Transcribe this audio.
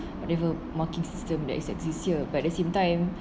or if the marking system that exists here but at the same time